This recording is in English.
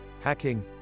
hacking